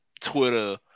Twitter